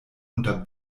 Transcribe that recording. unter